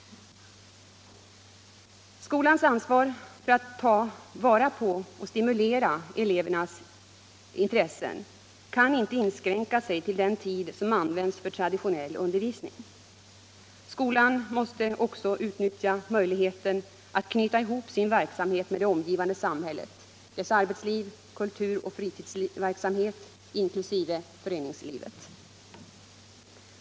Skolans ansvar för att ta vara på och stimulera elevernas intressen kan inte inskränka sig till den tid som används för traditionell undervisning. Skolan måste också utnyttja möjligheten att knyta ihop sin verk 29 samhet med det omgivande samhället, dess arbetsliv, kulturoch fritidsverksamhet, inkl. föreningslivet.